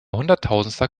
hunderttausendster